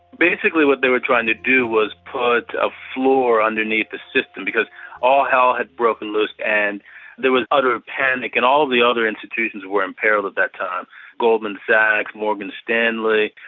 basically what they were trying to do was put a floor underneath the system, because all hell had broken loose and there was utter panic. and all of the other institutions were imperilled at that time goldman sachs, morgan stanley,